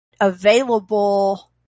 available